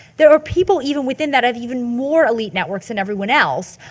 there are people even within that have even more elite networks than everyone else,